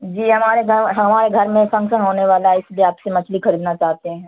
جی ہمارے ہمارے گھر میں فنکسن ہونے والا ہے اس لیے آپ سے مچھلی خریدنا چاہتے ہیں